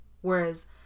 Whereas